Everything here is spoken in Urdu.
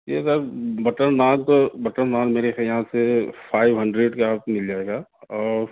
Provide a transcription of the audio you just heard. جی سر بٹر نان تو بٹر نان میرے کے یہاں سے فائیو ہنڈریڈ کا آپ مِل جائے گا